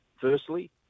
firstly